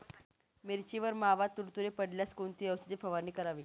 मिरचीवर मावा, तुडतुडे पडल्यास कोणती औषध फवारणी करावी?